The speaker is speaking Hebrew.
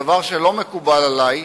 דבר שלא מקובל עלי,